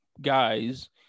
guys